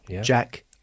Jack